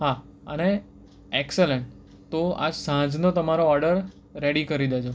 હા અને એક્સિલન્ટ તો આ સાંજનો તમારો ઓર્ડર રેડી કરી દેજો